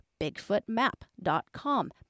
BigfootMap.com